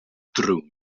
drwm